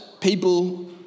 people